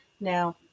Now